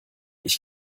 ich